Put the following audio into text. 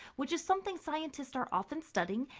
which is something scientists are often studying.